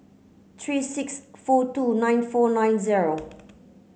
three six four two nine four nine zero